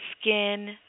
skin